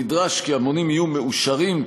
נדרש כי המונים יהיו מאושרים,